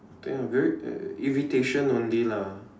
I think it would be irritation only lah